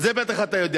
את זה בטח אתה יודע.